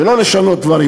ולא לשנות דברים.